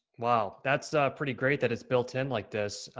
wow. that's pretty great that it's built in like this.